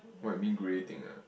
what you mean grey thing ah